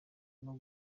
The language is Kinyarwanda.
arimo